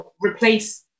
replace